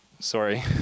Sorry